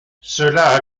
cela